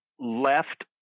left